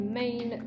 main